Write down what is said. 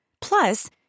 Plus